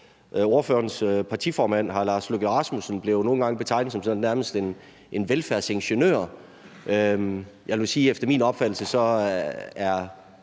Ordførerens partiformand, hr. Lars Løkke Rasmussen, blev nogle gange nærmest betegnet som en velfærdsingeniør. Jeg vil sige, at efter min opfattelse er